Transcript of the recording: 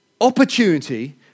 opportunity